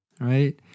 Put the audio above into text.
right